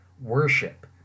worship